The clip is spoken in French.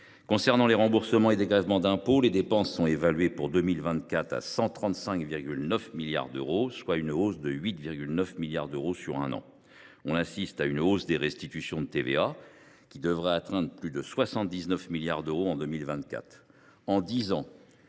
Concernant les remboursements et dégrèvements d’impôts, les dépenses sont évaluées, pour 2024, à 135,9 milliards d’euros, soit une hausse de 8,9 milliards d’euros sur un an. On assiste à une hausse des restitutions de TVA, qui devraient atteindre plus de 79 milliards d’euros en 2024.